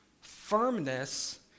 firmness